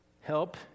help